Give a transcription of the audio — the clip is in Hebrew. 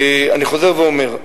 אני חוזר ואומר,